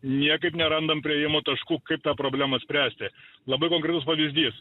niekaip nerandam priėjimo taškų kaip tą problemą spręsti labai konkretus pavyzdys